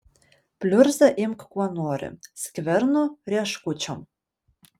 pliurzą imk kuo nori skvernu rieškučiom